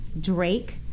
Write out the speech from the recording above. Drake